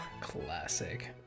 Classic